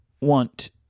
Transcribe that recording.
want